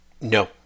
No